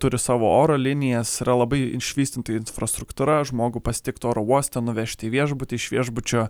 turi savo oro linijas yra labai išvystyta infrastruktūra žmogų pasitiktų oro uoste nuvežti į viešbutį iš viešbučio